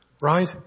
Right